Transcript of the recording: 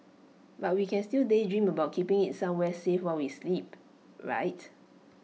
but we can still daydream about keeping IT somewhere safe while we sleep right